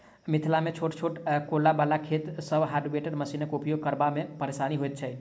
मिथिलामे छोट छोट कोला बला खेत सभ मे हार्वेस्टर मशीनक उपयोग करबा मे परेशानी होइत छै